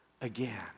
again